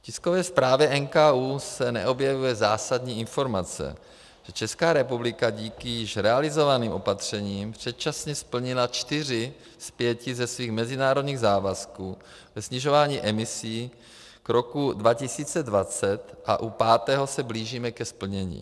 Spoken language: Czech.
V tiskové zprávě NKÚ se neobjevuje zásadní informace, že Česká republika díky již realizovaným opatřením předčasně splnila čtyři z pěti ze svých mezinárodních závazků ve snižování emisí k roku 2020 a u pátého se blížíme ke splnění.